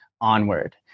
onward